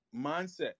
mindset